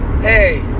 hey